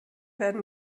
werden